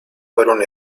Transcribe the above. fueron